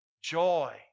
Joy